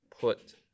put